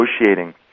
negotiating